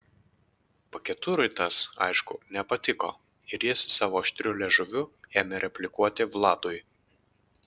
paketurui tas aišku nepatiko ir jis savo aštriu liežuviu ėmė replikuoti vladui